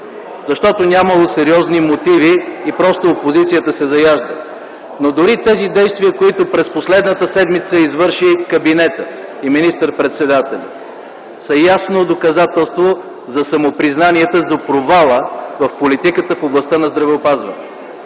защото нямало сериозни мотиви и просто опозицията се заяжда. Но дори тези действия, които през последната седмица извърши кабинетът и министър-председателят са ясно доказателство за самопризнанията за провала в политиката в областта на здравеопазването.